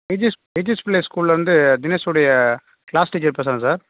இ G S E G S Pillai ஸ்கூல்லேருந்து தினேஷுடைய class teacher பேசுகிறேன் சார்